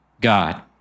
God